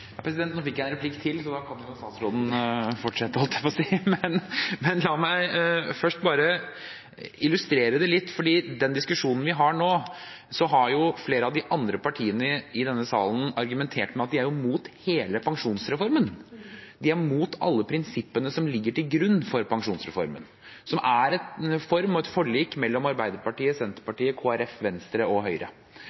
Nå fikk jeg en replikk til, så da kan jo statsråden fortsette, holdt jeg på å si! Men la meg først bare illustrere det litt: I den diskusjonen vi har nå, har flere av de andre partiene i denne salen argumentert med at de er imot hele pensjonsreformen. De er imot alle prinsippene som ligger til grunn for pensjonsreformen, som er i form av et forlik mellom Arbeiderpartiet,